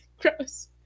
Gross